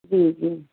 جی جی